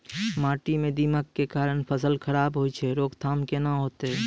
माटी म दीमक के कारण फसल खराब होय छै, रोकथाम केना होतै?